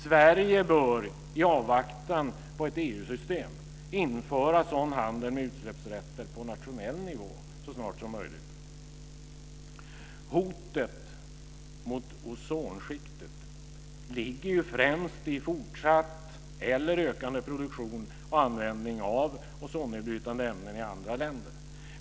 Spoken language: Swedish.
Sverige bör i avvaktan på ett EU-system införa sådan handel med utsläppsrätter på nationell nivå så snart som möjligt. Hotet mot ozonskiktet ligger främst i fortsatt eller ökande produktion och användning av ozonnedbrytande ämnen i andra länder.